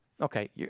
Okay